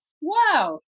Wow